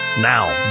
Now